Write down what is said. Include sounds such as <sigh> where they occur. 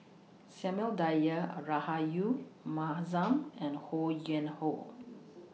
Samuel Dyer Are Rahayu Mahzam <noise> and Ho Yuen Hoe <noise>